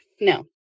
No